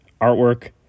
artwork